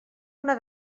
una